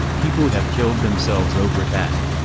people have killed themselves over that.